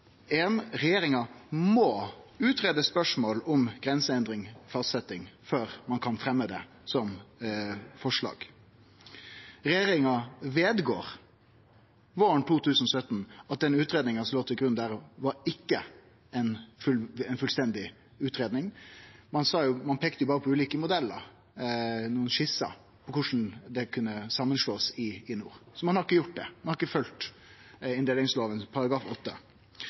regjeringa må greie ut spørsmål om grenseendring eller grensefastsetjing før ein kan fremje forslag om det. Regjeringa vedgår våren 2017 at den utgreiinga som låg til grunn der, ikkje var ei fullstendig utgreiing. Ein peikte berre på ulike modellar, nokre skisser av korleis det kunne bli slått saman i nord. Så ein har ikkje gjort det, ein har ikkje følgt inndelingslova § 8. Paragraf